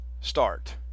start